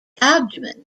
abdomen